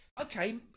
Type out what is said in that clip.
Okay